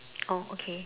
oh okay